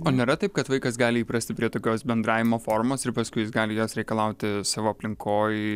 o nėra taip kad vaikas gali įprasti prie tokios bendravimo formos ir paskui jis gali jos reikalauti savo aplinkoj